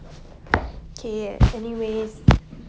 可以 eh anyways